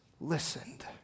listened